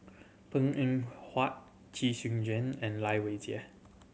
Png Eng Huat Chee Soon Juan and Lai Weijie